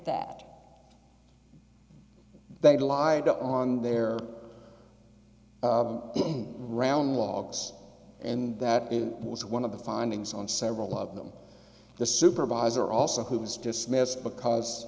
that they relied on their round logs and that was one of the findings on several of them the supervisor also who was dismissed because